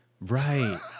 Right